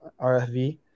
RFV